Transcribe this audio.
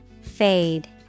Fade